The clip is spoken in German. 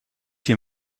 hier